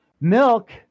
Milk